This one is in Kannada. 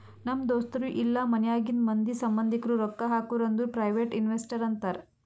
ನಮ್ ದೋಸ್ತರು ಇಲ್ಲಾ ಮನ್ಯಾಗಿಂದ್ ಮಂದಿ, ಸಂಭಂದಿಕ್ರು ರೊಕ್ಕಾ ಹಾಕುರ್ ಅಂದುರ್ ಪ್ರೈವೇಟ್ ಇನ್ವೆಸ್ಟರ್ ಅಂತಾರ್